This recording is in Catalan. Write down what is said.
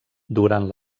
durant